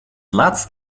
laatst